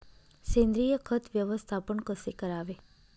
सेंद्रिय खत व्यवस्थापन कसे करावे?